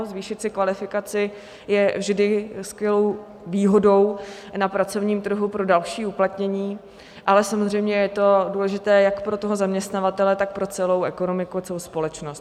Zvýšit si kvalifikaci je vždy skvělou výhodou na pracovním trhu pro další uplatnění, ale samozřejmě je to důležité jak pro zaměstnavatele, tak pro celou ekonomiku a celou společnost.